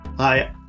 Hi